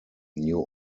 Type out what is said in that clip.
new